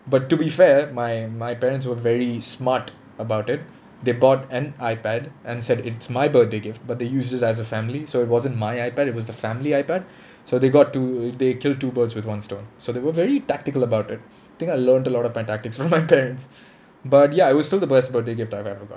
but to be fair my my parents were very smart about it they bought an iPad and said it's my birthday gift but they used it as a family so it wasn't my iPad it was the family iPad so they got to they killed two birds with one stone so they were very tactical about it I think I learnt a lot of my tactics from my parents but ya it was still the best birthday gift I've ever got